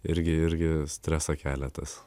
irgi irgi streso kelia tas